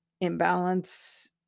imbalance